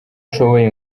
nshoboye